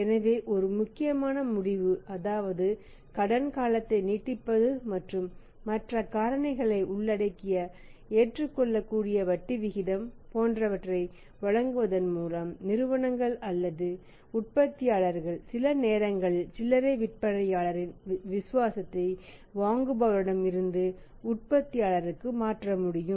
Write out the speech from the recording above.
எனவே ஒரு முக்கியமான முடிவு அதாவது கடன் காலத்தை நீட்டிப்பது மற்றும் மற்ற காரணிகளை உள்ளடக்கிய ஏற்றுக்கொள்ளக்கூடிய வட்டிவீதம் போன்றவற்றை வழங்குவதன் மூலம் நிறுவனங்கள் அல்லது உற்பத்தியாளர்கள் சில நேரங்களில் சில்லறை விற்பனையாளரின் விசுவாசத்தை வாங்குபவரிடம் இருந்து உற்பத்தியாளருக்கு மாற்ற முடியும்